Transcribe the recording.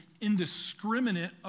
indiscriminate